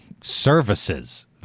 services